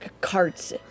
carts